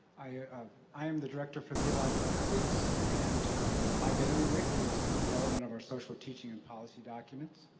i um i am the director for theological ethics, and my bailiwick is the development of our social teaching and policy documents.